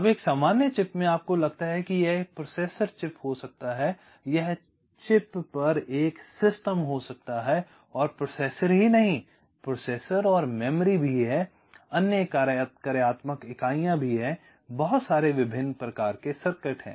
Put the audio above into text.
अब एक सामान्य चिप में आपको लगता है कि यह एक प्रोसेसर चिप हो सकता है यह चिप पर एक सिस्टम हो सकता है और प्रोसेसर ही नहीं प्रोसेसर और मेमोरी है अन्य कार्यात्मक इकाइयां हैं बहुत सारे विभिन्न प्रकार के सर्किट हैं